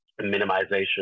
minimization